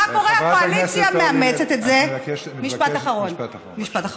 חברת הכנסת אורלי, אני מבקש, משפט אחרון.